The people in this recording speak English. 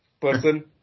person